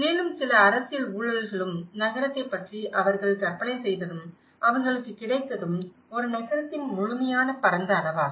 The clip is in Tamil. மேலும் சில அரசியல் ஊழல்களும் நகரத்தைப் பற்றி அவர்கள் கற்பனை செய்ததும் அவர்களுக்கு கிடைத்ததும் ஒரு நகரத்தின் முழுமையான பரந்த அளவாகும்